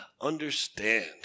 understand